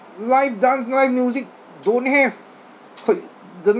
live dance live music don't have s~ the